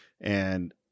and-